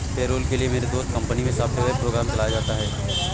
payroll के लिए मेरे दोस्त की कंपनी मै सॉफ्टवेयर प्रोग्राम चलाया जाता है